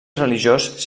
religiós